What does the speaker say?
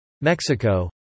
Mexico